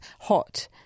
hot